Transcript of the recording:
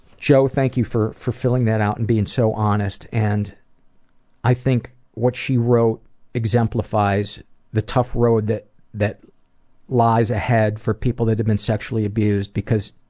jo, thank you for for filling that out and being so honest, and i think what she wrote exemplifies the tough road that that lies ahead for people that have been sexually abused because